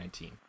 2019